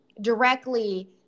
directly